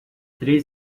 três